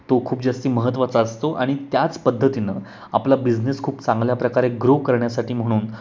तो खूप जास्त महत्त्वाचा असतो आणि त्याच पद्धतीनं आपला बिझनेस खूप चांगल्या प्रकारे ग्रो करण्यासाठी म्हणून